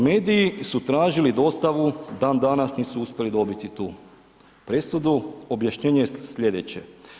Mediji su tražili dostavu, dandanas nisu uspjeli dobiti tu presudu, objašnjenje je slijedeće.